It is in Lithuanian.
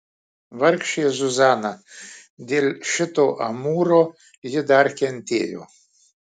vargšė zuzana dėl šito amūro ji dar kentėjo